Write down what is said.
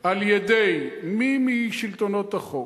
על-ידי מי משלטונות החוק